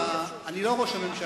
אני מזכיר לך שאני לא ראש הממשלה.